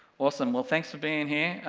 awesome, well thanks for being here,